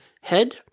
head